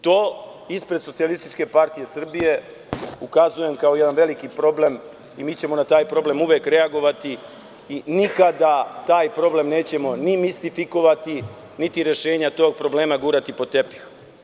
To ispred Socijalističke partije Srbije, ukazujem kao jedan veliki problem i mi ćemo na taj problem uvek reagovati i nikada taj problem nećemo ni mistifikovati, niti rešenja tog problema gurati pod tepih.